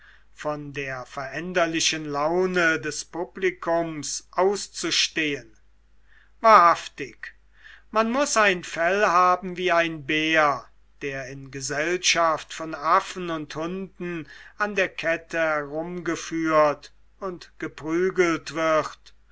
von der veränderlichen laune des publikums auszustehen wahrhaftig man muß ein fell haben wie ein bär der in gesellschaft von affen und hunden an der kette herumgeführt und geprügelt wird